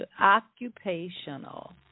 occupational